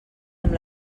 amb